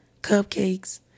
cupcakes